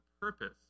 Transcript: purpose